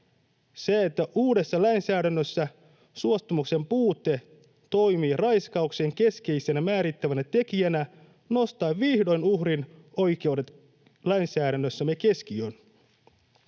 Se, että uudessa lainsäädännössä suostumuksen puute toimii raiskauksen keskeisenä määrittävänä tekijänä, nostaa vihdoin uhrin oikeudet lainsäädännössämme keskiöön.